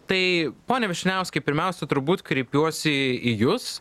tai pone vyšniauskai pirmiausia turbūt kreipiuosi į jus